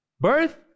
Birth